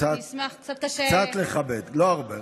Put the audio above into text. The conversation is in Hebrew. קצת לכבד, לא הרבה.